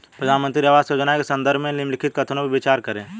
प्रधानमंत्री आवास योजना के संदर्भ में निम्नलिखित कथनों पर विचार करें?